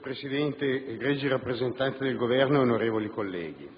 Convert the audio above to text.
Presidente, egregi rappresentanti del Governo, onorevoli colleghi,